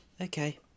Okay